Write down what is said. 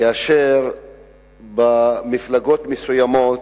כאשר במפלגות מסוימות,